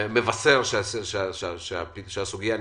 שמבשר שהסוגיה נפתרה,